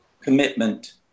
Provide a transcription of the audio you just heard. commitment